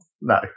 No